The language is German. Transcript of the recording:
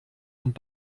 und